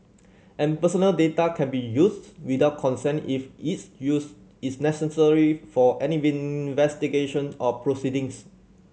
and personal data can be used without consent if its use is necessary for any investigation or proceedings